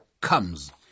comes